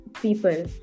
people